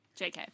JK